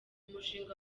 umushinga